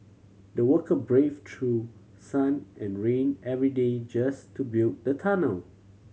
the worker brave through sun and rain every day just to build the tunnel